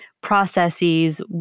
processes